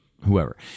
whoever